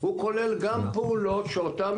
אנחנו.